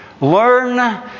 Learn